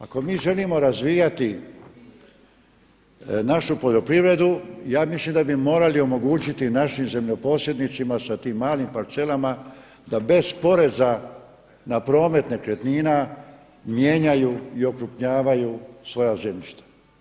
Ako mi želimo razvijati našu poljoprivredu, ja mislim da bi morali omogućiti našim zemljoposjednicima sa tim malim parcelama da bez poreza na promet nekretnina mijenjaju i okrupnjavaju svoja zemljišta.